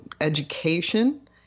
education